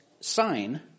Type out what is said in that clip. sign